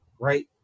right